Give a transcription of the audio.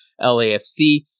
LAFC